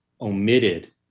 omitted